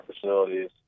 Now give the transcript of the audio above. facilities